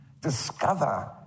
discover